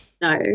No